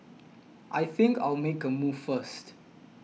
I think I'll make a move first